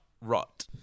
rot